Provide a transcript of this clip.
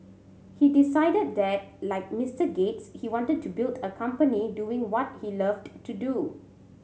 he decided that like Mister Gates he wanted to build a company doing what he loved to do